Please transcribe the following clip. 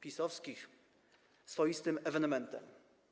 PiS-owskich swoistym ewenementem.